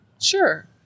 Sure